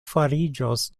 fariĝos